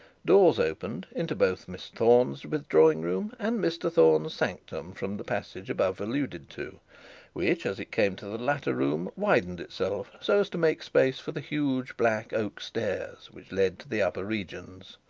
doors opened into both miss thorne's withdrawing-room and mr thorne's sanctum from the passage above alluded to which, as it came to the latter room, widened itself so as to make space for the huge black oak stairs, which led to the upper region.